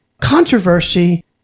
controversy